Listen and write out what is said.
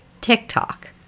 TikTok